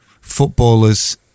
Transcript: footballers